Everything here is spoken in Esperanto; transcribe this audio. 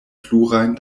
plurajn